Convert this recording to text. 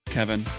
Kevin